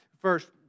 First